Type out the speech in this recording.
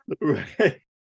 right